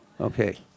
Okay